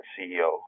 CEO